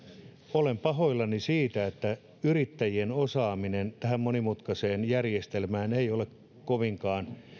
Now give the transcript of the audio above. olen pahoillani siitä että yrittäjien osaaminen tähän monimutkaiseen järjestelmään ei ole kovinkaan